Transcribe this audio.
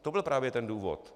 To byl právě ten důvod.